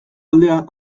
aldea